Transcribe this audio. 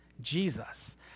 Jesus